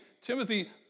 Timothy